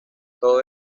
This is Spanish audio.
todo